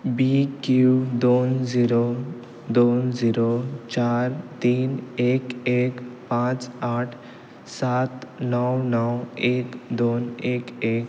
बी Q दोन zero दोन zero चार तीन एक एक पांच आठ सात णव णव एक दोन एक एक